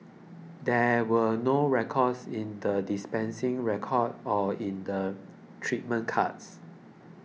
there were no records in the dispensing record or in the treatment cards